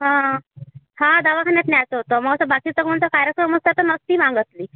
हं हा दवाखान्यात न्यायचं होतं मग असं बाकीचं कोणतं कार्यक्रम असता तर नसती मागितली